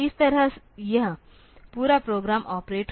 तो इस तरह यह पूरा प्रोग्राम ऑपरेट होगा